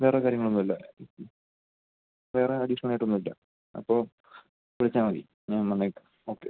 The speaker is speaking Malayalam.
വേറെ കാര്യങ്ങളൊന്നുമില്ല വേറെ അഡീഷ്നലായിട്ടൊന്നുമില്ല അപ്പോള് വിളിച്ചാല് മതി ഞാന് വന്നേക്കാം ഓക്കെ